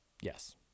Yes